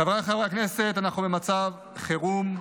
חבריי חברי הכנסת, אנחנו במצב חירום.